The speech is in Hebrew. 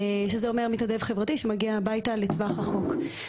מתנדב חברתי שמגיע הביתה לטווח רחוק.